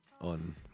on